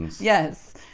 yes